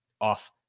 off